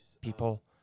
people